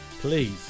please